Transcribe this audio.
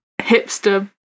hipster